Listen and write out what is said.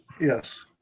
yes